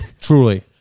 truly